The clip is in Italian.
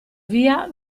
via